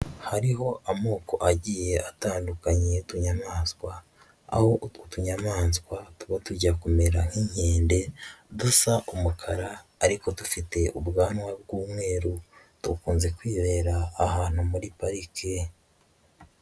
Hariho amoko agiye atandukanye y'utunyamaswa, aho utwo tunyamaswa tuba tujya kumera nk'inkede, dusa umukara ariko dufite ubwanwa bw'umweru, dukunze kwibera ahantu muri parike.